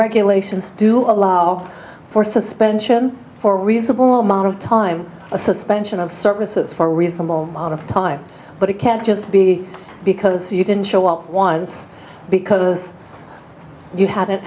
regulations do allow for suspension for a reasonable amount of time a suspension of services for a reasonable amount of time but it can't just be because you didn't show up once because you had an